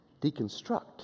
Deconstruct